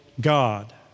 God